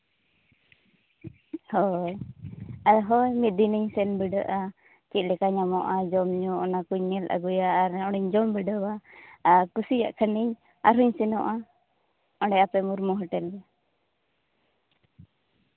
ᱦᱳᱭ ᱟᱨ ᱦᱳᱭ ᱢᱤᱫ ᱫᱤᱱᱤᱧ ᱥᱮᱱ ᱵᱤᱰᱟᱹᱜᱼᱟ ᱪᱮᱫ ᱞᱮᱠᱟ ᱧᱟᱢᱚᱜᱼᱟ ᱡᱚᱢᱼᱧᱩ ᱚᱱᱟ ᱠᱩᱧ ᱧᱮᱞ ᱟᱹᱜᱩᱭᱟ ᱟᱨ ᱚᱸᱰᱮᱧ ᱡᱚᱢ ᱵᱤᱰᱟᱹᱣᱟ ᱟᱨ ᱠᱩᱥᱤᱭᱟᱜ ᱠᱷᱟᱹᱱᱤᱧ ᱟᱨᱦᱩᱧ ᱥᱮᱱᱚᱜᱼᱟ ᱚᱸᱰᱮ ᱟᱯᱮ ᱢᱩᱨᱢᱩ ᱦᱳᱴᱮᱞ ᱜᱮ